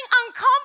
uncomfortable